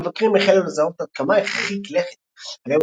המבקרים החלו לזהות עד כמה הרחיק לכת "היום